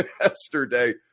yesterday